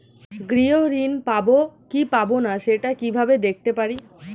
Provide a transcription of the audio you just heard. গৃহ ঋণ পাবো কি পাবো না সেটা কিভাবে দেখতে পারি?